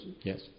yes